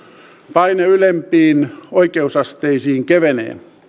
paine ylempiin oikeusasteisiin kevenee